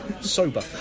sober